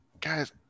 guys